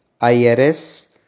IRS